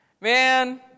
Man